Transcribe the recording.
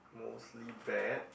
mostly bad